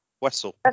Wessel